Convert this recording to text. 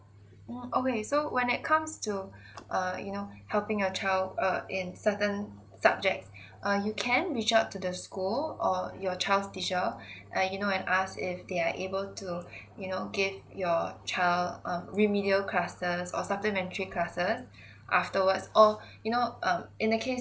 oh okay so when it come so uh you know helping your child uh in certain subjects uh you can reach out to the school or your child's teacher and you know and ask if they are able to you know give your child uh remedial classes or supplementary classes afterwards or you know um in the case